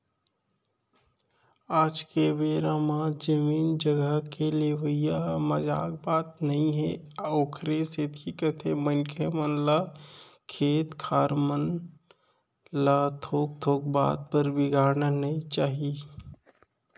आज के बेरा म जमीन जघा के लेवई ह मजाक बात नई हे ओखरे सेती कथें मनखे मन ल खेत खार मन ल थोक थोक बात बर बिगाड़ना नइ चाही